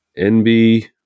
nb